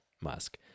Musk